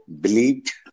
believed